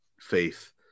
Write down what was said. faith